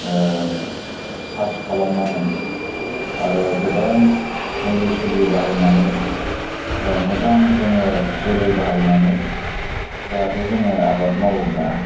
research खालामनानै आरो गोबां मुलि सुलि बाहायनानै मोजां जोङो जोलै बाहायनानै जाहाथे जोङो आबाद मावोब्ला